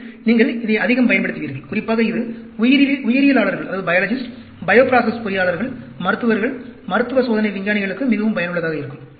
மேலும் நீங்கள் இதை அதிகம் பயன்படுத்துவீர்கள் குறிப்பாக இது உயிரியலாளர்கள் பையோ ப்ராசஸ் பொறியாளர்கள் மருத்துவர்கள் மருத்துவ சோதனை விஞ்ஞானிகளுக்கு மிகவும் பயனுள்ளதாக இருக்கும்